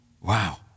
Wow